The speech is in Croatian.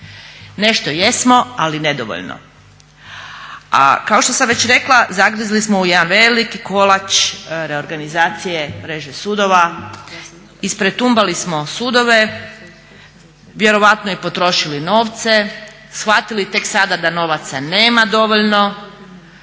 Nešto jesmo, ali nedovoljno. A kao što sam već rekla zagrizli smo u jedan veliki kolač reorganizacije mreže sudova, ispretumbali smo sudove, vjerojatno i potrošili novce, shvatili tek sada da novaca nema dovoljno